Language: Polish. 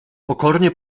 pokornie